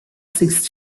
six